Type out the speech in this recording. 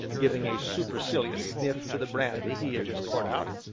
giving a supercilious sniff to the brandy he had just poured out.